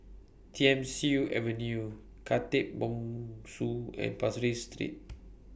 Thiam Siew Avenue Khatib Bongsu and Pasir Ris Street